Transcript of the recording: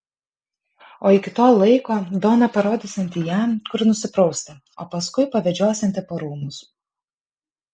o iki to laiko dona parodysianti jam kur nusiprausti o paskui pavedžiosianti po rūmus